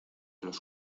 los